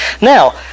now